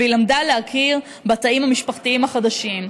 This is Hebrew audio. והיא למדה להכיר בתאים המשפחתיים החדשים,